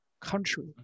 country